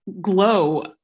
glow